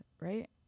right